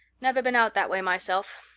never been out that way myself.